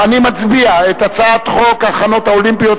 שר החינוך,